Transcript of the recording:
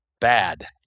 bad